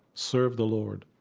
serve the lord.